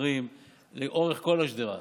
לא הייתה דחייה מאז מרץ-אפריל.